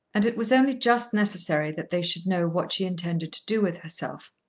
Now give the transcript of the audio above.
and it was only just necessary that they should know what she intended to do with herself.